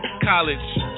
college